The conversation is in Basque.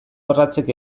orratzek